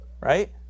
Right